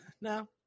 No